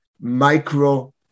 micro